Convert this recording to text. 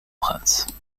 prince